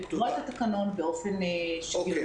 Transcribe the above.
ולקבוע את התקנון באופן שוויוני.